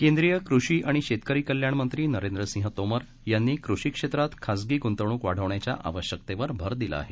केंद्रीय कृषी आणि शेतकरी कल्याण मंत्री नरेंद्र सिंह तोमर यांनी कृषी क्षेत्रात खाजगी गुंतवणूक वाढवण्याच्या आवश्यकतेवर भर दिला आहे